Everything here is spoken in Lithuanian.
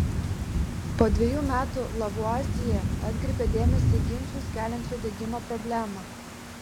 po dvejų metų lavuazjė atkreipė dėmesį į ginčus keliančią degimo problemą